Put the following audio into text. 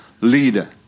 leader